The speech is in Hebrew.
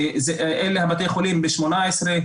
אלה בתי החולים ב-2018,